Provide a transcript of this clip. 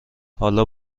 حالا